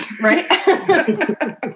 Right